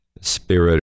spirit